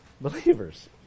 believers